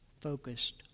focused